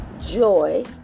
Joy